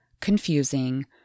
confusing